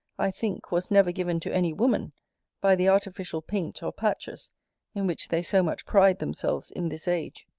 i think, was never given to any woman by the artificial paint or patches in which they so much pride themselves in this age.